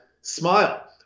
smile